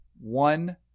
one